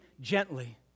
gently